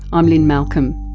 i'm lynne malcolm.